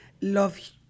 Love